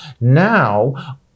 Now